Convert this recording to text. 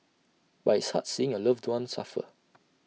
but it's hard seeing your loved one suffer